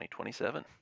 2027